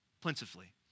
plentifully